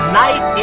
night